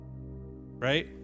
Right